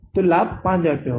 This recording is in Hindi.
इसलिए लाभ 5000 रुपये होगा